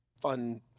fun